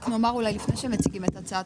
רק נאמר אולי לפני שמציגים את הצעת